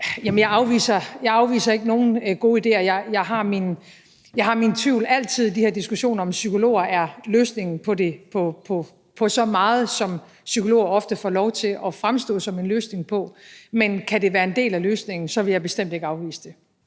Jamen jeg afviser ikke nogen gode idéer. Jeg har i de her diskussioner altid min tvivl, om psykologer er løsningen på så meget, som psykologer ofte får lov til at fremstå som en løsning på. Men kan det være en del af løsningen, vil jeg bestemt ikke afvise det.